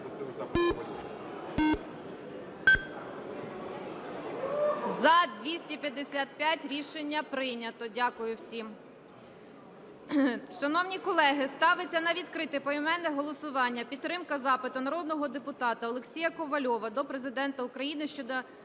За-255 Рішення прийнято. Дякую всім.